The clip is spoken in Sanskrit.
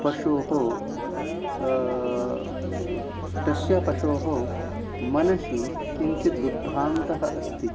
पशोः तश्य पशोः मनसि किञ्चित् विभ्रान्तिः अस्ति